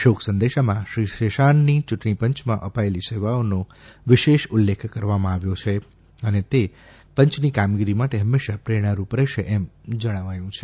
શોકસંદેશમાં શ્રી શેષાનની ચૂંટણીપંચમાં અપાયેલી સેવાઓનો વિશેષ ઉલ્લેખ કરવામાં આવ્યો છે અને તે પંચની કામગીરી માટે હંમેશા પ્રેરણારૂપ રહેશે એમ જણાવ્યુ છે